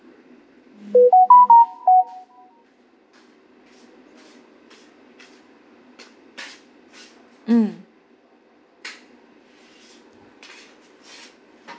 mm